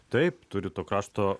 taip turit to krašto